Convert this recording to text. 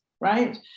right